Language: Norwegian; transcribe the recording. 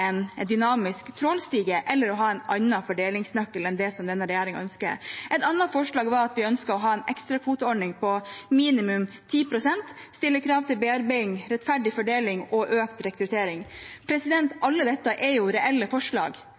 dynamisk trålstige, eller det å ha en annen fordelingsnøkkel enn det som denne regjeringen ønsker. Et annet forslag var at vi ønsker å ha ekstra kvoteordning på minimum 10 pst., stille krav til bearbeiding, rettferdig fordeling og økt rekruttering. Alt dette er reelle forslag,